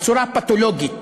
בצורה פתולוגית,